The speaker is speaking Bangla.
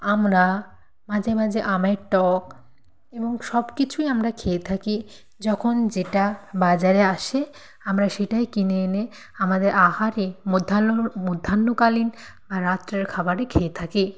আমরা মাঝে মাঝে আমের টক এবং সব কিছুই আমরা খেয়ে থাকি যখন যেটা বাজারে আসে আমরা সেটাই কিনে এনে আমাদের আহারে মধ্যাহ্ন মধ্যাহ্নকালীন আর রাত্রের খাবারই খেয়ে থাকি